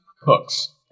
Cooks